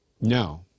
No